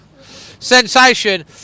Sensation